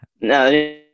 no